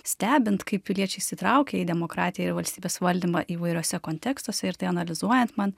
stebint kaip piliečiai įsitraukė į demokratiją ir valstybės valdymą įvairiuose kontekstuose ir tai analizuojant man